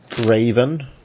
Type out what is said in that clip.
Raven